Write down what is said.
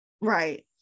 right